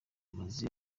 maze